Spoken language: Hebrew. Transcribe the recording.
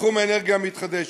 בתחום האנרגיה המתחדשת.